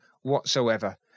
whatsoever